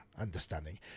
understanding